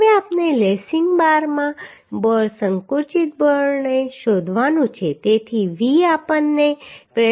હવે આપણે લેસિંગ બારમાં બળ સંકુચિત બળ શોધવાનું છે તેથી V આપણને 12